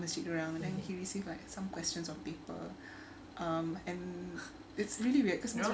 kat masjid dia orang and then he received like some questions of people um and it's really weird because